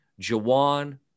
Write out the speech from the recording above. Jawan